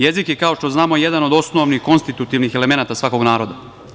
Jezik je, kao što znamo, jedan od osnovnih konstitutivnih elemenata svakog naroda.